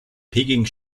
peking